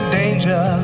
danger